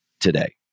today